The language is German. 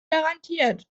garantiert